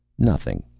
nothing,